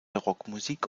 rockmusik